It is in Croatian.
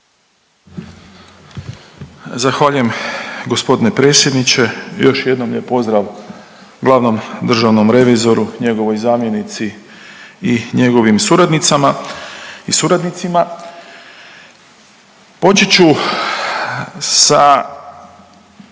Zahvaljujem gospodine predsjedniče još jednom lijep pozdrav glavnom državnom revizoru, njegovoj zamjenici i njegovim suradnicama i suradnicima.